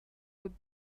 would